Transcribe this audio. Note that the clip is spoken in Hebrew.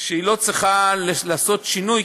שלא צריכה לעשות שינוי,